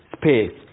space